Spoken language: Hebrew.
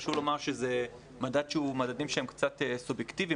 חשוב לומר שאלה מדדים שהם קצת סובייקטיביים,